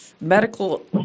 medical